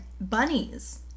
bunnies